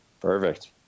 Perfect